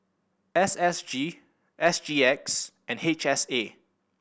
S S G S G X and H S A